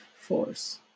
force